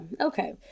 okay